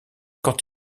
quand